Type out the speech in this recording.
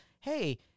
Hey